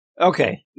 Okay